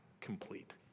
complete